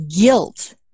guilt